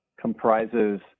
comprises